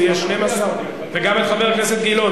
זה יהיה 12. וגם את חבר הכנסת גילאון,